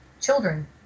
children